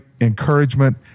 encouragement